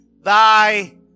thy